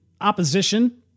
opposition